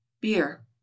beer